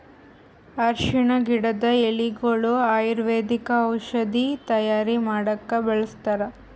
ಅರ್ಷಿಣ್ ಗಿಡದ್ ಎಲಿಗೊಳು ಆಯುರ್ವೇದಿಕ್ ಔಷಧಿ ತೈಯಾರ್ ಮಾಡಕ್ಕ್ ಬಳಸ್ತಾರ್